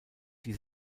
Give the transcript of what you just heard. die